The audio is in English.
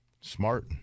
Smart